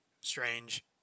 strange